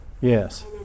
Yes